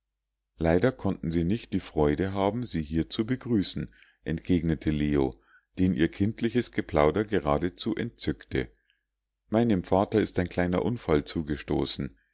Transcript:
leider konnten sie nicht die freude haben sie hier zu begrüßen entgegnete leo den ihr kindliches geplauder geradezu entzückte meinem vater ist ein kleiner unfall zugestoßen